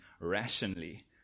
rationally